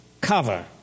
cover